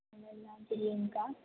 हमर नाम छी रेणुका